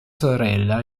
sorella